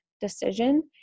decision